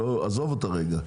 עזוב אותה רגע,